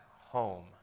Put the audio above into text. home